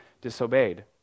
disobeyed